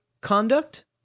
conduct